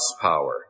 power